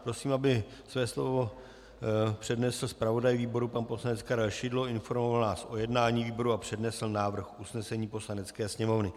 Prosím, aby své slovo přednesl zpravodaj výboru pan poslanec Karel Šidlo a informoval nás o jednání výboru a přednesl návrh usnesení Poslanecké sněmovny.